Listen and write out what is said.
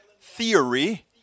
theory